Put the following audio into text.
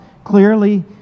Clearly